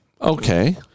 Okay